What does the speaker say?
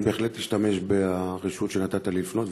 אני בהחלט משתמש ברשות שנתת לי לפנות,